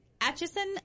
Atchison